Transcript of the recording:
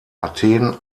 athen